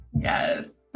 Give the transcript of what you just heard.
Yes